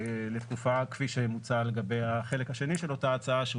כפי שמוצע לגבי החלק השני של אותה הצעה שהוא